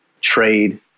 trade